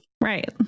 Right